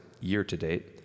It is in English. year-to-date